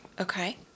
Okay